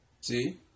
See